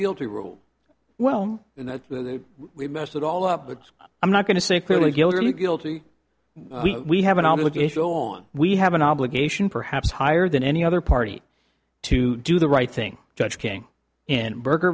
guilty rule well in that we messed it all up but i'm not going to say clearly guilty we have an obligation on we have an obligation perhaps higher than any other party to do the right thing judge king and berger